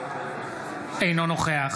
אינו נוכח